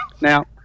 Now